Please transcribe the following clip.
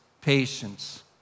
patience